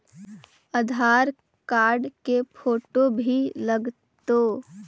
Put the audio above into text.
आधार card के photo भी लग तै?